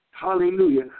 Hallelujah